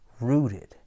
rooted